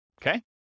okay